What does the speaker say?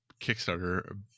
Kickstarter